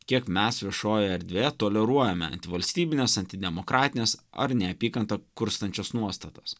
kiek mes viešojoje erdvėje toleruojame antivalstybines antidemokratines ar neapykantą kurstančias nuostatas